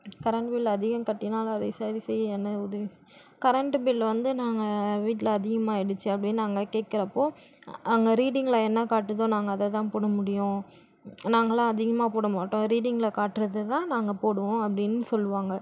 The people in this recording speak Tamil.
கரெண்ட் பில் அதிகம் கட்டினால் அதை சரி செய்ய என்ன உதவி கரெண்ட்டு பில் வந்து நாங்கள் வீட்டில அதிகமாயிடுச்சு அப்படின்னு நாங்கள் கேட்குறப்போ அங்கே ரீடிங்ல என்ன காட்டுதோ நாங்கள் அதைதான் போட முடியும் நாங்கலாம் அதிகமாக போட மாட்டோம் ரீடிங்ல காட்டுறதை தான் நாங்கள் போடுவோம் அப்படின்னு சொல்லுவாங்க